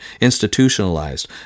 institutionalized